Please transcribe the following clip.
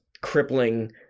crippling